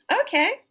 Okay